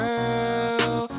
Girl